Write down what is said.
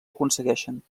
aconsegueixen